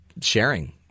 sharing